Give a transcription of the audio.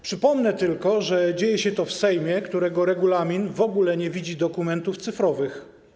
Przypomnę tylko, że dzieje się to w Sejmie, którego regulamin w ogóle nie widzi dokumentów cyfrowych.